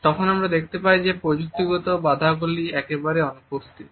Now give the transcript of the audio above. তখন আমরা দেখতে পাই যে প্রযুক্তিগত বাধাগুলি একেবারেই অনুপস্থিত